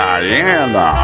Diana